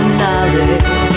knowledge